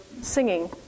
singing